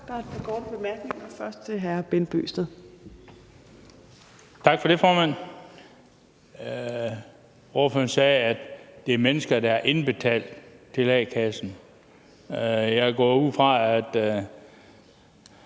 Tak for det, formand. Ordføreren sagde, at det er mennesker, der har indbetalt til a-kassen. Jeg går ud fra, at